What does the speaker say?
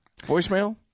voicemail